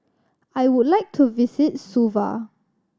I would like to visit Suva